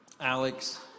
Alex